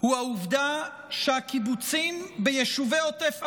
הוא העובדה שהקיבוצים ביישובי עוטף עזה,